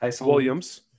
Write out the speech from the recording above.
Williams